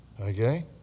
Okay